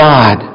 God